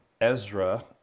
Ezra